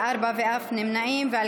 התרבות והספורט נתקבלה.